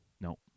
No